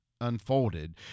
unfolded